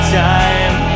time